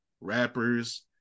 rappers